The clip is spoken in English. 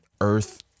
Earth-